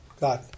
God